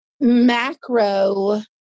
macro